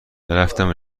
رفتم